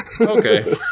Okay